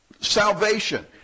salvation